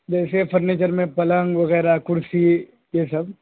جیسے فرنیچر میں پلنگ وغیرہ کرسی یہ سب